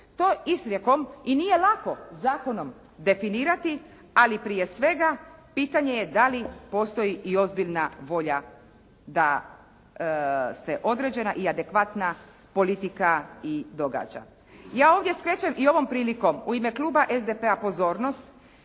To izrijekom i nije lako zakonom definirati, ali prije svega pitanje je da li postoji i ozbiljna volja da se određena i adekvatna politika i događa. Ja ovdje skrećem i ovom prilikom u ime kluba SDP-a pozornost,